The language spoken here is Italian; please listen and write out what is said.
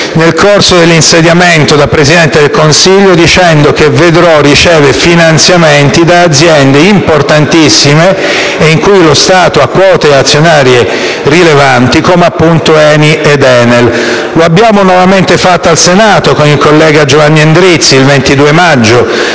per l'insediamento del Presidente del Consiglio, ha detto che la fondazione VeDrò riceve finanziamenti da aziende importantissime, in cui lo Stato ha quote azionarie rilevanti, come appunto ENI ed ENEL. Lo abbiamo nuovamente fatto al Senato, con il collega Giovanni Endrizzi, il 22 maggio,